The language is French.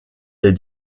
des